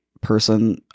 person